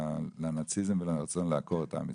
לנאציזם ולרצון לעקור את עם ישראל,